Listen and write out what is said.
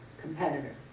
competitor